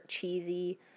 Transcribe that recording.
cheesy